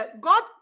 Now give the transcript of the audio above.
God